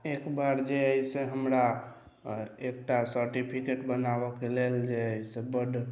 एकबार जे हय से हमरा एकटा सर्टिफिकेट बनाबऽ के लेल जे हय से बड्ड